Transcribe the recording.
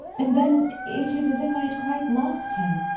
and then it is as if i had quite lost him.